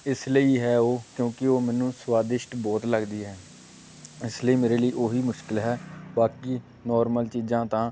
ਇਸ ਲਈ ਹੈ ਉਹ ਕਿਉਂਕਿ ਉਹ ਮੈਨੂੰ ਸਵਾਦਿਸ਼ਟ ਬਹੁਤ ਲੱਗਦੀ ਹੈ ਇਸ ਲਈ ਮੇਰੇ ਲਈ ਉਹੀ ਮੁਸ਼ਕਿਲ ਹੈ ਬਾਕੀ ਨੋਰਮਲ ਚੀਜ਼ਾਂ ਤਾਂ